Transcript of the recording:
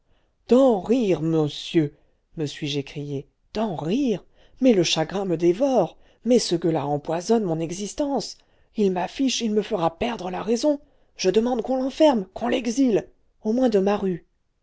d'en rire môssieur me suis-je écrié d'en rire mais le chagrin me dévore mais ce gueux-là empoisonne mon existence il m'affiche il me fera perdre la raison je demande qu'on l'enferme qu'on l'exile au moins de ma rue